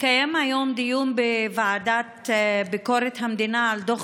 התקיים היום דיון בוועדה לביקורת המדינה על דוח